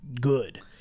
good